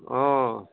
অঁ